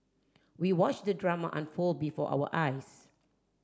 we watched the drama unfold before our eyes